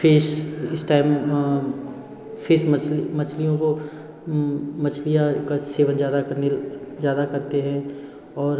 fish इस time fish मछलियों को मछलियाँ का सेवन ज़्यादा करने ज़्यादा करते है और